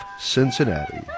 Cincinnati